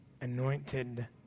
anointed